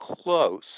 close